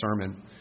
sermon